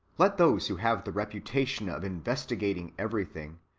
let those who have the reputation of investigating everything,